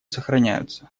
сохраняются